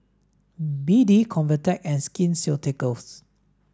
B D Convatec and Skin Ceuticals